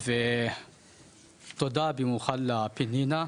ותודה במיוחד לפנינה,